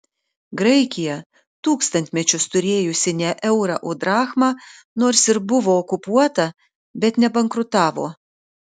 graikija tūkstantmečius turėjusi ne eurą o drachmą nors ir buvo okupuota bet nebankrutavo